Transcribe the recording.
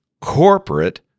corporate